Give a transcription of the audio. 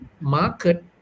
market